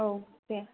औ दे